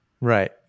Right